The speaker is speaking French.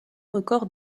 records